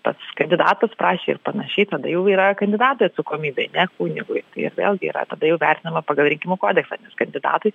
pats kandidatas prašė ir panašiai tada jau tai yra kandidatui atsakomybė ne kunigui tai vėlgi yra tada jau vertinama pagal rinkimų kodeksą nes kandidatui